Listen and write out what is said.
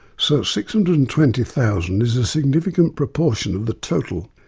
so six hundred and twenty thousand is significant proportion of the total.